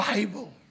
Bible